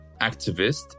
activist